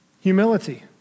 Humility